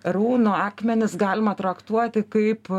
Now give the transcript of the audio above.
runų akmenis galima traktuoti kaip